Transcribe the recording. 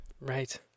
Right